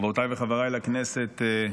חברותיי וחבריי לכנסת,